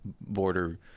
border